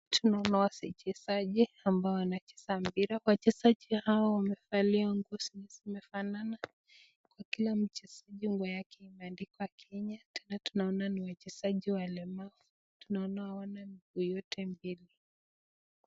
Tunaona wachezaji ambao wanacheza mpira. Wachezaji hawa wamevalia nguo zenye zimefanana ,kwa kila mchezaji nguo yake imeandikwa Kenya .Tena tunaona ni wachezaji walemavu , tunaona hawana miguu yote mbili.